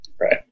right